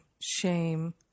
shame